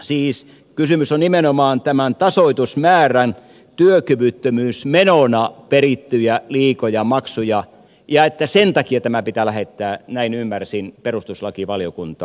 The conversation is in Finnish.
siis kysymys on nimenomaan tämän tasoitusmäärän työkyvyttömyysmenona perityistä liioista maksuista ja että sen takia tämä pitää lähettää näin ymmärsin perustuslakivaliokuntaan